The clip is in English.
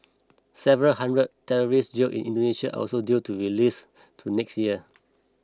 several hundred terrorists jailed in Indonesia also due to be released to next year